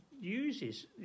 uses